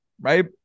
right